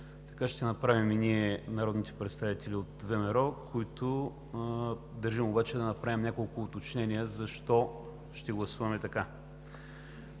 Така ще направим ние – народните представители от ВМРО, които държим обаче да направим няколко уточнения защо ще гласуваме така.